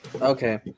Okay